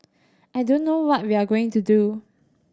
I don't know what we are going to do